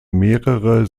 mehrere